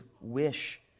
wish